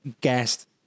guest